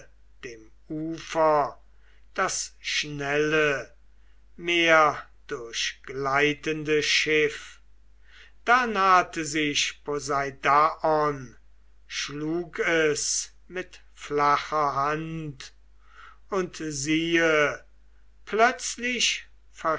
dem ufer das schnelle meerdurchgleitende schiff da nahte sich poseidaon schlug es mit flacher hand und siehe plötzlich